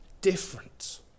different